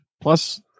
Plus